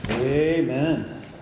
Amen